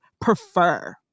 prefer